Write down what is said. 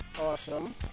Awesome